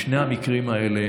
בשני המקרים האלה